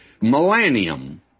millennium